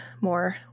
more